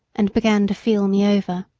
and began to feel me over.